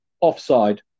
offside